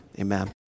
Amen